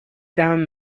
down